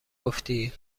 گفتی